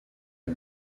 est